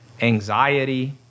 anxiety